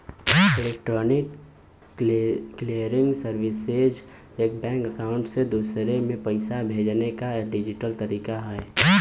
electronic clearing services एक bank account से दूसरे में पैसे भेजने का डिजिटल तरीका है